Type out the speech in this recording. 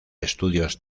estudios